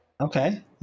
okay